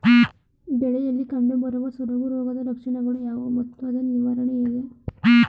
ಬೆಳೆಯಲ್ಲಿ ಕಂಡುಬರುವ ಸೊರಗು ರೋಗದ ಲಕ್ಷಣಗಳು ಯಾವುವು ಮತ್ತು ಅದರ ನಿವಾರಣೆ ಹೇಗೆ?